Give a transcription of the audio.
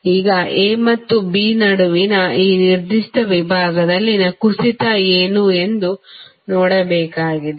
ಈಗ A ಮತ್ತು B ನಡುವಿನ ಈ ನಿರ್ದಿಷ್ಟ ವಿಭಾಗದಲ್ಲಿನ ಕುಸಿತ ಏನು ಎಂದು ನೋಡಬೇಕಾಗಿದೆ